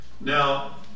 Now